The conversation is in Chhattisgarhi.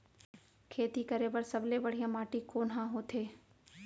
खेती करे बर सबले बढ़िया माटी कोन हा होथे?